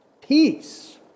Peace